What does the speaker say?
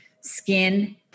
skin